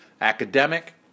academic